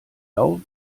lauf